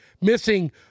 missing